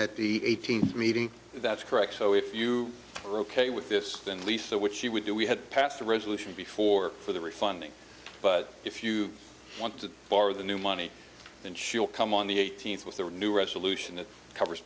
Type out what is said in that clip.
resolution at the eighteenth meeting that's correct so if you are ok with this then lisa what she would do we have passed a resolution before for the refunding but if you want to borrow the new money then she'll come on the eighteenth with their new resolution that covers